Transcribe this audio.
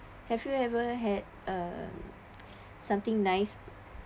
have you ever had uh something nice